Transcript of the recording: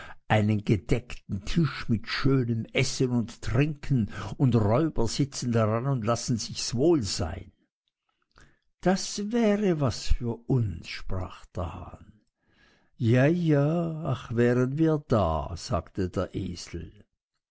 einen gedeckten tisch mit schönem essen und trinken und räuber sitzen daran und lassens sich wohl sein das wäre was für uns sprach der hahn ja ja ach wären wir da sagte der esel